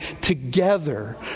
together